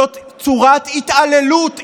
זאת צורת התעללות,